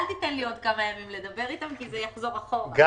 אל תיתן לי עוד כמה ימים לדבר אתם כי זה יחזור אחורה.